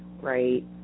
right